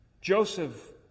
Joseph